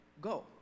go